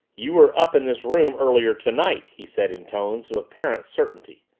you were up in this room earlier tonight, he said in tones of apparent certainty.